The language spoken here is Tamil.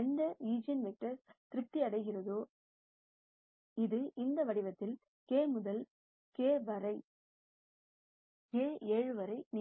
எந்த ஈஜென்வெக்டரால் திருப்தி அடைகிறது இது இந்த வடிவத்தில் k முதல் k வரை 7